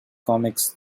comics